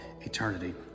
eternity